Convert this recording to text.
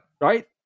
Right